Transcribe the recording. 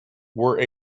were